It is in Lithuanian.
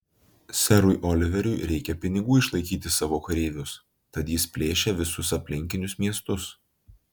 serui oliveriui reikia pinigų išlaikyti savo kareivius tad jis plėšia visus aplinkinius miestus